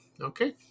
Okay